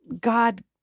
god